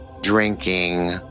drinking